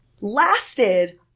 lasted